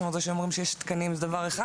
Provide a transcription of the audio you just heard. זאת אומרת זה שאומרים שיש תקנים זה דבר אחד,